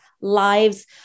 lives